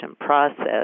process